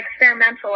experimental